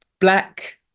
Black